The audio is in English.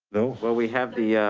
no. well, we have the, yeah